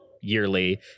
yearly